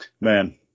Man